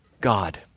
God